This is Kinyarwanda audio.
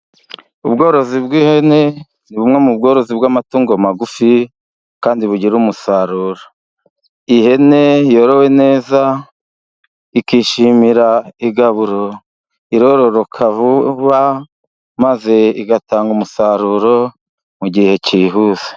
Ubworozi bw'ihene ni bumwe mu bworozi bw'amatungo magufi, kandi bugira umusaruro .Ihene yorowe neza ikishimira igaburo, irororoka vuba maze igatanga umusaruro mu gihe cyihuse.